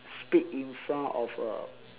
speak in front of a